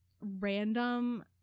random